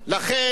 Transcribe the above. לכן,